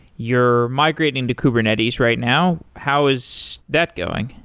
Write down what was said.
you're migrating the kubernetes right now. how is that going?